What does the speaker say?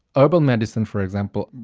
herbal medicine for example,